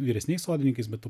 vyresniais sodininkais bet